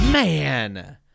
Man